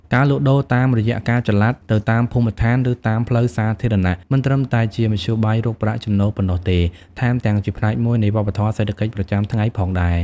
ការលក់ដូរតាមរយៈការចល័តទៅតាមភូមិឋាន ឬតាមផ្លូវសាធារណៈ មិនត្រឹមតែជាមធ្យោបាយរកប្រាក់ចំណូលប៉ុណ្ណោះទេ ថែមទាំងជាផ្នែកមួយនៃវប្បធម៌សេដ្ឋកិច្ចប្រចាំថ្ងៃផងដែរ។